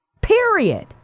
period